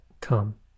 come